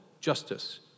justice